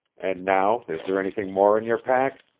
and now is there anything more in your pack?